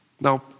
Now